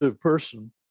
person